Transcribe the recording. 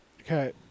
Okay